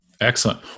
Excellent